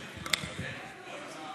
לפעמים, בין מעשה מותר לבין מעשה אסור?